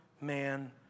man